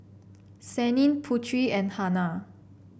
Senin Putri and Hana